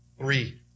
three